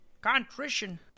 contrition